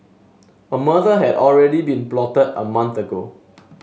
a murder had already been plotted a month ago